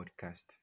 Podcast